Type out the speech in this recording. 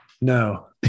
No